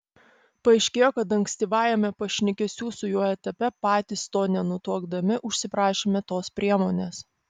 paaiškėjo kad ankstyvajame pašnekesių su juo etape patys to nenutuokdami užsiprašėme tos priemonės